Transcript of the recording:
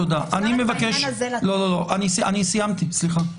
אפשר לעניין הזה --- סיימתי, סליחה.